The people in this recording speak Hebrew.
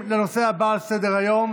בעד,